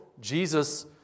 Jesus